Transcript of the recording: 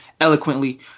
eloquently